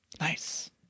Nice